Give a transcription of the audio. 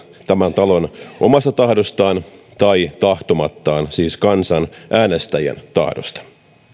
tämän talon omasta tahdostaan tai tahtomattaan siis kansan äänestäjän tahdosta